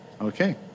Okay